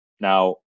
Now